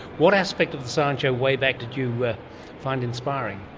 what aspect of the science show way back did you find inspiring?